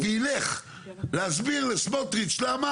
צריך לתת לה מספיק זמן בשביל שתעשה את זה.